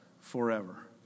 forever